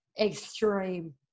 extreme